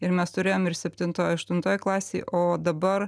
ir mes turėjom ir septintoj aštuntoj klasėj o dabar